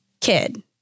kid